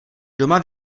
doma